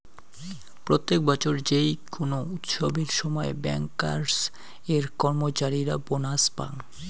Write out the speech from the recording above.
প্রত্যেক বছর যেই কোনো উৎসবের সময় ব্যাংকার্স এর কর্মচারীরা বোনাস পাঙ